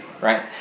right